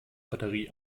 batterie